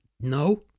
No